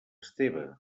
esteve